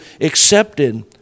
accepted